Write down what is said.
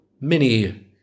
mini